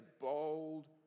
bold